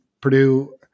Purdue